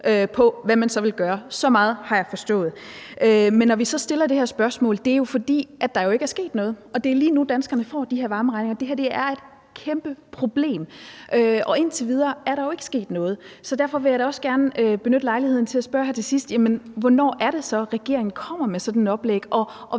til, hvad man så vil gøre. Så meget har jeg forstået. Men når vi så stiller det her spørgsmål, er det jo, fordi der ikke er sket noget og det er lige nu, danskerne får de her varmeregninger. Det her er et kæmpeproblem, og indtil videre er der jo ikke sket noget. Derfor vil jeg da også gerne benytte lejligheden til at spørge her til sidst: Hvornår er det så, regeringen kommer med sådan et oplæg, og